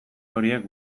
horiek